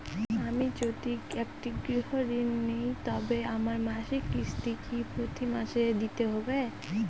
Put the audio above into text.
আমি যদি একটি গৃহঋণ নিই তবে আমার মাসিক কিস্তি কি প্রতি মাসে দিতে হবে?